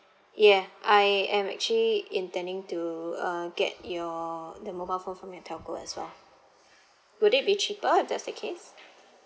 ya I am actually intending to uh get your the mobile phone from your telco as well would it be cheaper if that's the case